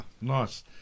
nice